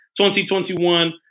2021